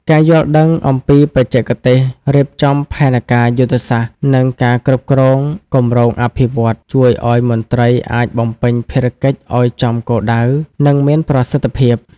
ការយល់ដឹងអំពីបច្ចេកទេសរៀបចំផែនការយុទ្ធសាស្ត្រ និងការគ្រប់គ្រងគម្រោងអភិវឌ្ឍន៍ ជួយឱ្យមន្ត្រីអាចបំពេញភារកិច្ចឱ្យចំគោលដៅ និងមានប្រសិទ្ធភាព។